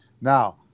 Now